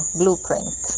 blueprint